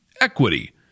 equity